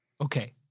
Okay